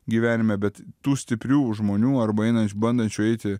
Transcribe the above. gyvenime bet tų stiprių žmonių arba einančių bandančių eiti